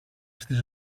στις